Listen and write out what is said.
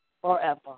forever